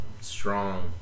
strong